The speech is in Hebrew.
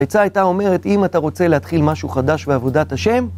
עצה היתה אומרת, אם אתה רוצה להתחיל משהו חדש בעבודת השם...